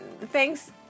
thanks